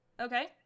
Okay